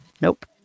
Nope